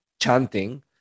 chanting